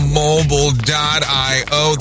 mobile.io